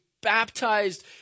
baptized